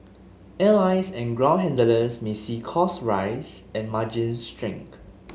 airlines and ground handlers may see costs rise and margins shrink